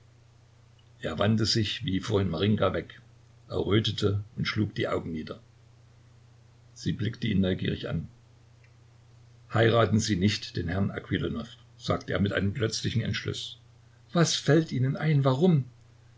er wandte sich wie vorhin marinjka weg errötete und schlug die augen nieder sie blickte ihn neugierig an heiraten sie nicht den herrn aquilonow sagte er mit einem plötzlichen entschluß was fällt ihnen ein warum